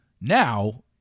Now